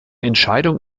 entscheidung